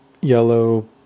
yellow